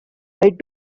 right